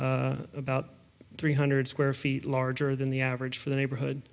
about three hundred square feet larger than the average for the neighborhood